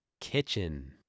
Kitchen